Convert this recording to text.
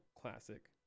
classic